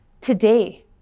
today